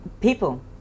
People